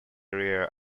rear